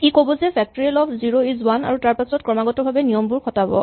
ই ক'ব যে factorial of zero is one আৰু তাৰপাছত ক্ৰমাগতভাৱে নিয়মবোৰ খটাব